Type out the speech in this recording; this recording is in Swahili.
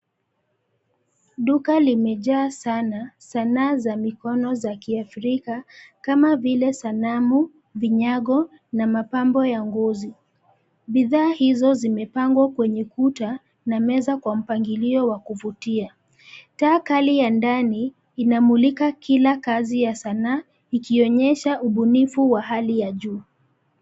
Duka limejaa sana. Sanaa za mikono za kiafrika, kama vile: sanamu, vinyago, na mapambo ya ngozi. Bidhaa hizo zimepangwa kwenye kuta, na meza, kwa mpangilio wa kuvutia. Taa kali ya ndani, inamulika kila kazi ya sanaa, ikionyesha ubunifu wa hali ya juu.